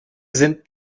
sind